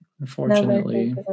unfortunately